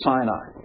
Sinai